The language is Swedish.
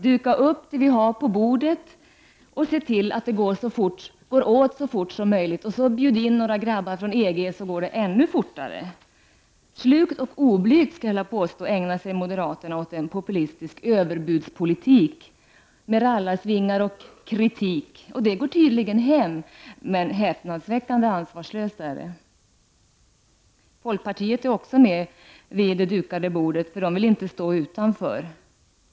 Duka upp det vi har på bordet och se till att det går åt så fort som möjligt, och bjud in några grabbar från EG så går det ännu fortare. Slugt och oblygt ägnar sig moderaterna åt en populistisk överbudspolitik med rallarsvingar och kritik. Det går tydligen hem, men det är häpnadsväckande ansvarslöst. Folkpartiet är också med vid det dukade bordet, eftersom man inte vill stå utanför.